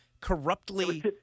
corruptly